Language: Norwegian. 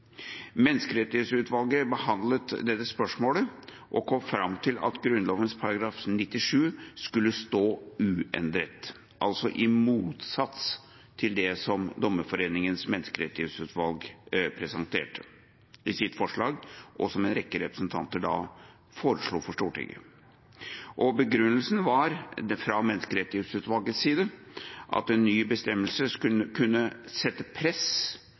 Menneskerettighetsutvalget behandlet dette spørsmålet og kom fram til at Grunnloven § 97 skulle stå uendret, altså i motsats til det som Dommerforeningens menneskerettighetsutvalg presenterte i sitt forslag, og som en rekke representanter foreslo for Stortinget. Begrunnelsen fra Menneskerettighetsutvalgets side var at en ny bestemmelse kunne sette press